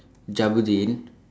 Jabudeen